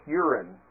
urine